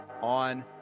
on